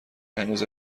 هنوز